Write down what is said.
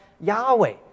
Yahweh